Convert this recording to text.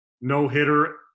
no-hitter